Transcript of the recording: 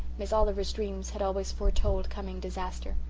miss oliver's dreams had always foretold coming disaster.